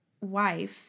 wife